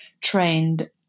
trained